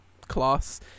class